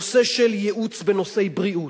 נושא של ייעוץ בנושא בריאות,